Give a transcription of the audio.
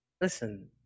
Listen